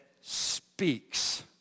speaks